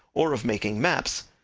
or of making maps,